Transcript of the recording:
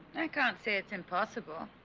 i can't say it's impossible.